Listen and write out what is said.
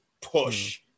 push